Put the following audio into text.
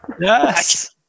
Yes